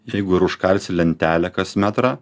jeigu ir užkalsi lentelę kas metrą